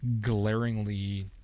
glaringly